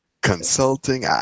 Consulting